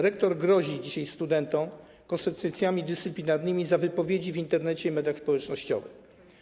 Rektor grozi dzisiaj studentom konsekwencjami dyscyplinarnymi za wypowiedzi w Internecie i mediach społecznościowych.